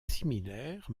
similaire